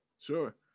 sure